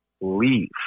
leave